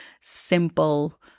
simple